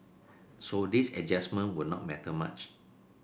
so this adjustment would not matter much